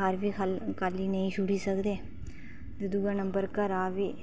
घर बी खाल्ली नेईं छोड़ी सकदे ते दूआ नम्बर घरा बी